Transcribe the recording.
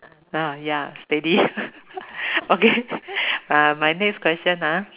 oh ya steady okay uh my next question ah